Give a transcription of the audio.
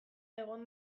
egon